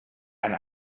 and